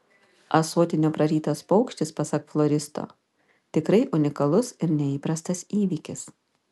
ąsotinio prarytas paukštis pasak floristo tikrai unikalus ir neįprastas įvykis